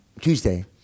Tuesday